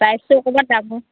ছাইজটো অকণমান ডাঙৰ